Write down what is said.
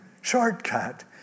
shortcut